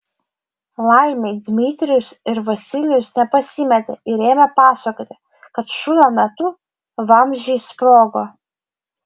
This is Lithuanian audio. laimei dmitrijus ir vasilijus nepasimetė ir ėmė pasakoti kad šūvio metu vamzdžiai sprogo